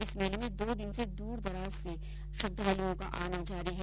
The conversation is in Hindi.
इस मेले में दो दिन से दूरदराज से श्रद्वालुओं का आना जारी है